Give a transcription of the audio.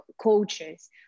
coaches